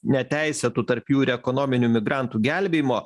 neteisėtų tarp jų ir ekonominių migrantų gelbėjimo